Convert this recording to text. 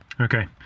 Okay